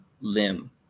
limb